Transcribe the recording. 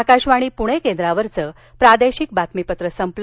आकाशवाणी प्णे केंद्रावरचं प्रादेशिक बातमीपत्र संपलं